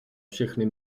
všechny